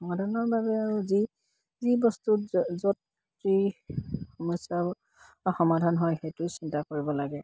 সমাধানৰ বাবে আৰু যি যি বস্তু য'ত যি সমস্যাৰ বা সমাধান হয় সেইটো চিন্তা কৰিব লাগে